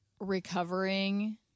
recovering –